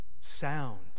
sound